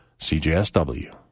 cjsw